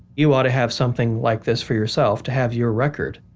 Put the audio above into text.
you ought to have something like this for yourself to have your record,